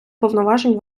повноважень